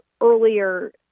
earlier